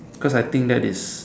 cause I think that is